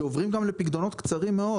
שעוברים גם לפיקדונות קצרים מאוד.